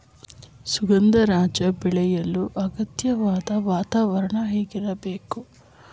ಸುಗಂಧರಾಜ ಬೆಳೆಯಲು ಅಗತ್ಯವಾದ ವಾತಾವರಣ ಹೇಗಿರಬೇಕು?